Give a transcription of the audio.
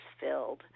filled